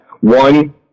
one